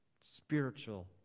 spiritual